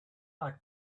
like